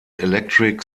electric